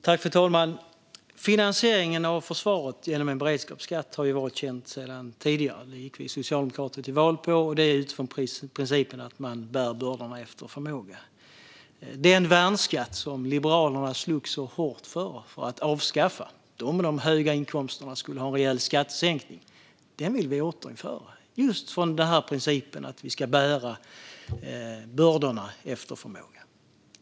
Fru talman! Finansieringen av försvaret genom en beredskapsskatt har varit känd sedan tidigare. Vi socialdemokrater gick till val på detta, och det är utifrån principen att man ska bära bördorna efter förmåga. Den värnskatt som Liberalerna slogs så hårt för att avskaffa för att de med höga inkomster skulle få en rejäl skattesänkning vill vi återinföra, just utifrån principen att vi ska bära bördorna efter förmåga.